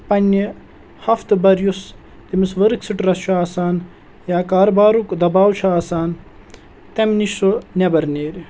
پنٛنہِ ہفتہٕ بَر یُس تٔمِس ؤرٕک سٕٹرٛس چھُ آسان یا کاربارُک دَباو چھُ آسان تَمہِ نِش سُہ نٮ۪بَر نیرِ